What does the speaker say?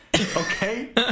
Okay